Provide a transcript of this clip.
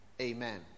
amen